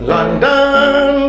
London